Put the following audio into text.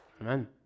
Amen